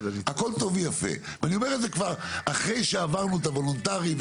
הכל טוב ויפה ואני אומר לך כבר אחרי שעברנו את הוולונטרי,